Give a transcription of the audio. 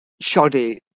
shoddy